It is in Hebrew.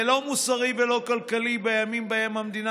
זה לא מוסרי ולא כלכלי בימים שבהם המדינה